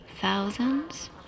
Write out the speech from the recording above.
thousands